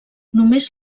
només